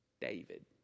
David